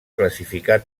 classificar